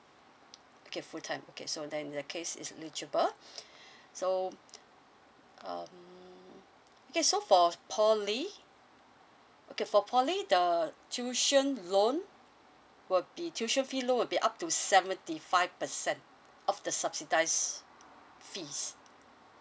okay full time okay so then in that case it's eligible so um okay so for poly okay for poly the tuition loan would be tuition fee loan will be up to seventy five percent of the subsidized fees